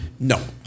No